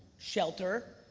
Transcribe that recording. shelter,